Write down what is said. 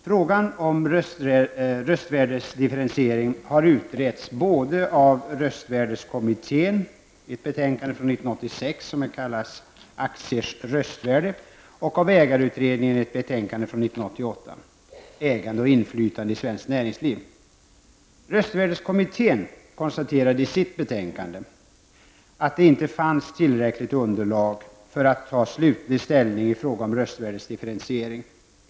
Frågan om röstvärdesdifferentiering har utretts både av röstvärdeskommittén i ett betänkande från Röstvärdeskommittén konstaterade i sitt betänkande att det inte fanns tillräckligt underlag för att ta slutlig ställning i frågan om röstvärdesdifferentiering.